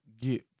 get